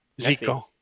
Zico